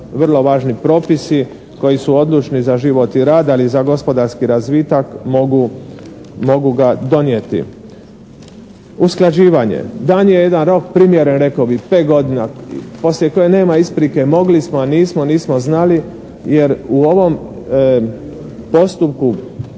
vrlo važni propisi koji su odlučni za život o rad, ali i za gospodarski razvitak mogu ga donijeti. Usklađivanje. Dan je jedan rok primjeren rekao bih 5 godina poslije kojeg nema isprike mogli smo, a nismo, nismo znali, jer u ovom postupku